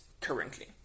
currently